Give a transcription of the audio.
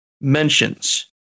mentions